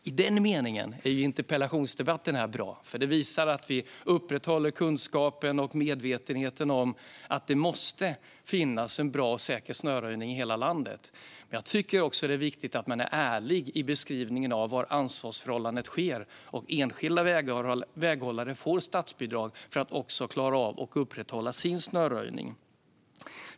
I den meningen är ju den här interpellationsdebatten bra, för det visar att vi upprätthåller kunskapen och medvetenheten om att det måste finnas en bra och säker snöröjning i hela landet. Men jag tycker också att det är viktigt att man är ärlig i beskrivningen av hur ansvarsförhållandet ser ut. Enskilda väghållare får statsbidrag för att klara av att upprätthålla sin snöröjning.